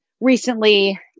recently